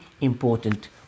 important